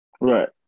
right